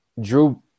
Drew